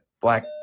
black